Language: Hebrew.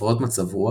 הפרעות מצב רוח,